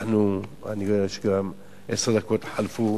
אני רואה שעשר דקות חלפו